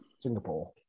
Singapore